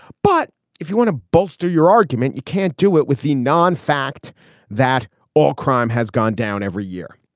but if you want to bolster your argument you can't do it with the non fact that all crime has gone down every year.